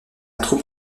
troupe